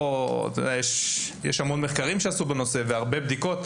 יש המון מחקרים שנעשו בנושא והרבה בדיקות,